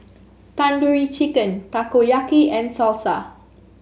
Tandoori Chicken Takoyaki and Salsa